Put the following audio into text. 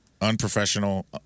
unprofessional